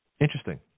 Interesting